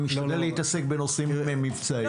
אני משתדל להתעסק בנושאים מבצעיים.